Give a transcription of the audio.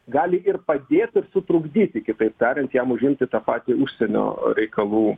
gali ir padėt ir sutrukdyti kitaip tariant jam užimti tą patį užsienio reikalų